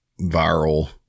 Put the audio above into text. viral